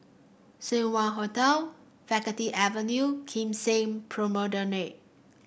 Seng Wah Hotel Faculty Avenue Kim Seng Promenade